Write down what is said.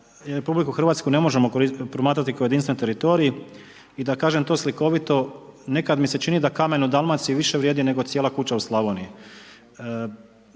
RH, da RH ne možemo promatrati kao jedinstven teritorij i da kažem to slikovito, nekad mi se čini da kamen u Dalmaciji više vrijedi nego cijela kuća u Slavoniji.